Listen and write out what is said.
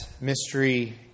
mystery